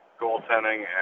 goaltending